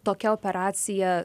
tokia operacija